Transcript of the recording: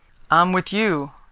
i'm with you,